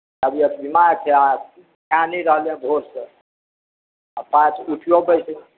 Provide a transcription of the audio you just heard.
तबियत बीमार छै आ खाए नहि रहलै हेँ भोरसँ आ पाच उठियो बैसि